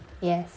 yes